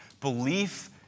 Belief